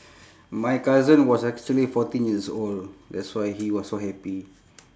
my cousin was actually fourteen years old that's why he was so happy